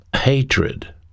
hatred